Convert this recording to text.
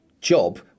job